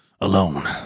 alone